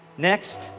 Next